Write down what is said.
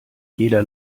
jeder